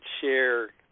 share